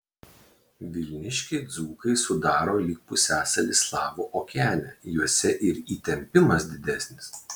vilniškiai dzūkai sudaro lyg pusiasalį slavų okeane juose ir įtempimas didesnis